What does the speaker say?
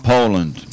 Poland